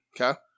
Okay